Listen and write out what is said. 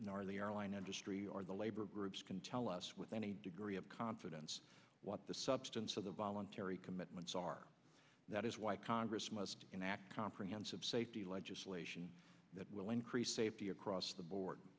nor the airline industry or the labor groups can tell us with any degree of confidence what the substance of the voluntary commitments are that is why congress must enact comprehensive safety legislation that will increase safety across the board